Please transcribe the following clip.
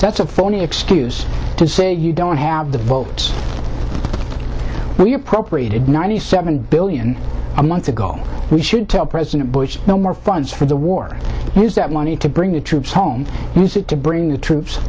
that's a phony excuse to say you don't have the votes we appropriated ninety seven billion a month ago we should tell president bush no more funds for the war is that money to bring the troops home use it to bring the troops